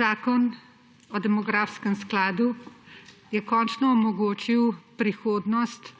Zakon o demografskem skladu je končno omogočil prihodnost